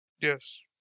Yes